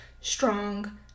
strong